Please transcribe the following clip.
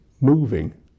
moving